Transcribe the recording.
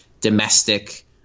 domestic